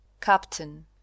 Captain